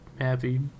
happy